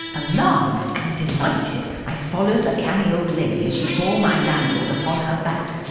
alarmed and delighted, i followed the canny old lady as she bore my landlord upon her back.